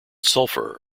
sulfur